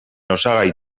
osagai